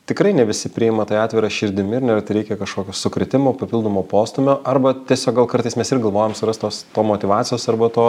tikrai ne visi priima tai atvira širdimi ir neretai reikia kažkokio sukrėtimo papildomo postūmio arba tiesiog gal kartais mes ir galvojam suras tos to motyvacijos arba to